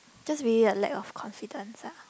just really like lack of confidence ah